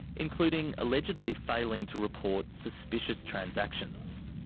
including allegedly failing to report suspicious transactions.